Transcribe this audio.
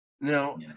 now